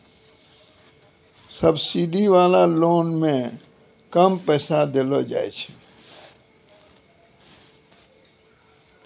subsidy वाला loan मे कम पैसा देलो जाय छै